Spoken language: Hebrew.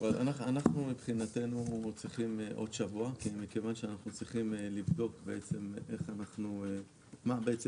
אנחנו מבחינתנו צריכים עוד שבוע מכיוון שאנחנו צריכים לבדוק מה התוכנית